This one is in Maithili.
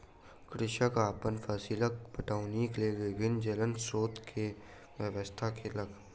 कृषक अपन फसीलक पटौनीक लेल विभिन्न जल स्रोत के व्यवस्था केलक